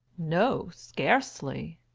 no, scarcely!